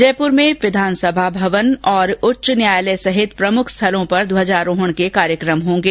जयपूर में विधानसभा भवन उच्च न्यायालय सहित प्रमुख स्थलों पर ध्वाजारोहण के कार्यक्रम होंगे